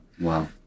Wow